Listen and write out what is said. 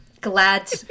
Glad